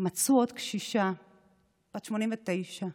מצאו עוד קשישה בת 89,